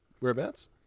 Whereabouts